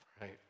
right